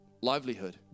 livelihood